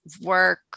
work